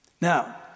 Now